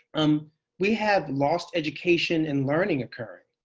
um we have lost education and learning occurring.